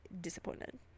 disappointed